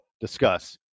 discuss